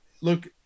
look